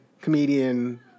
comedian